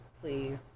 Please